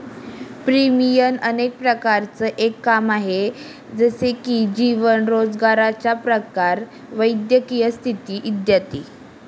premium अनेक प्रकारांचं एक काम आहे, जसे की जीवन, रोजगाराचा प्रकार, वैद्यकीय स्थिती इत्यादी